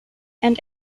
and